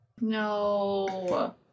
No